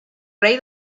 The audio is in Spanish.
rey